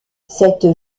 cette